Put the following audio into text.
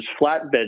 flatbed